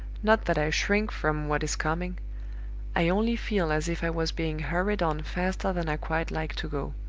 not that i shrink from what is coming i only feel as if i was being hurried on faster than i quite like to go.